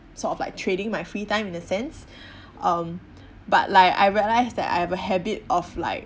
sort of like trading my free time in a sense um but like I realise that I have a habit of like